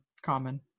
common